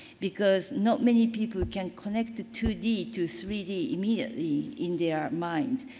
because not many people can connect two d to three d immediately in their mind.